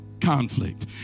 conflict